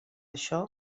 això